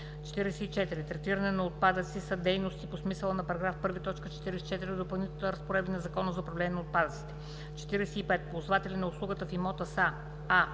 44. „Третиране на отпадъци“ са дейностите по смисъла на § 1, т. 44 от Допълнителните разпоредби на Закона за управление на отпадъците. 45. „Ползватели на услугата в имота“ са: